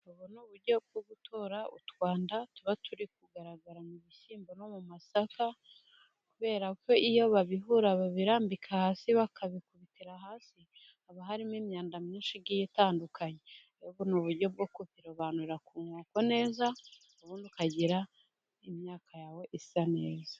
Kugosora, ubu ni uburyo bwo gutora utwanda tuba turi kugaragara mu bishyimbo no mu masaka, kubera ko iyo babihuye babirambika hasi bakabikubitira hasi, haba harimo imyanda myinshi igiye itandukanye. Ubu ni uburyo bwo kubirobanura ku nkoko neza ubundi ukagira imyaka yawe isa neza.